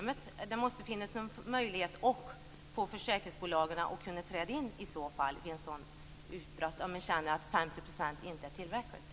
Men det måste finnas någon möjlighet att få försäkringsbolagen att träda in i så fall vid ett sådant utbrott om man känner att 50 % inte är tillräckligt.